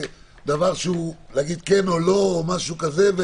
דבר שהוא להגיד כן או לא או משהו כזה?